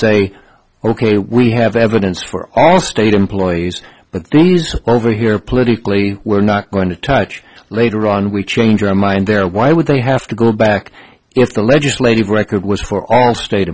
say ok we have evidence for all state employees but these are over here politically we're not going to touch later on we change our mind there why would they have to go back if the legislative record was for our state